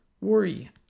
worry